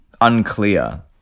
unclear